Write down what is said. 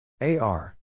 A-R